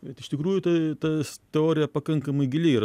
bet iš tikrųjų tai tas teorija pakankamai gili yra